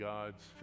God's